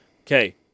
Okay